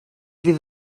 fydd